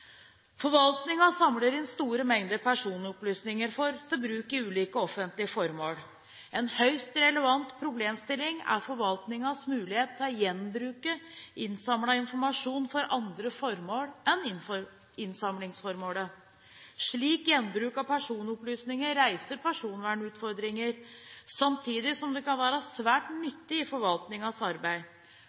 samler inn store mengder personopplysninger til bruk for ulike offentlige formål. En høyst relevant problemstilling er forvaltningens mulighet til å gjenbruke innsamlet informasjon for andre formål enn innsamlingsformålet. Slik gjenbruk av personopplysninger reiser personvernutfordringer, samtidig som det kan være svært nyttig i forvaltningens arbeid.